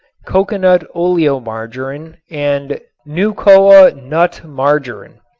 coconut oleomargarin and nucoa nut margarin.